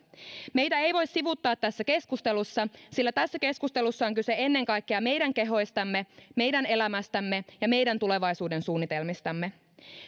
meitä ei voi sivuuttaa tässä keskustelussa sillä tässä keskustelussa on kyse ennen kaikkea meidän kehoistamme meidän elämästämme ja meidän tulevaisuudensuunnitelmistamme